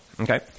okay